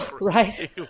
Right